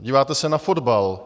Díváte se na fotbal.